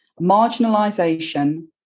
Marginalisation